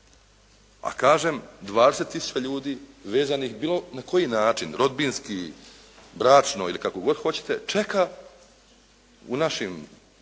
A kažem 20000 ljudi vezanih bilo na koji način rodbinski, bračno ili kako god hoćete čeka u našem